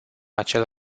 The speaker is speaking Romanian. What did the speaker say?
acel